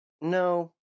No